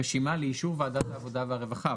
רשימה לאישור ועדת העבודה והרווחה.